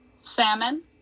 Salmon